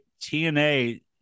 TNA